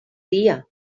dia